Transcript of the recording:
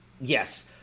Yes